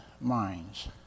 minds